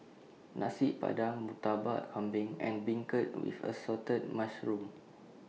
Nasi Padang Murtabak Kambing and Beancurd with Assorted Mushrooms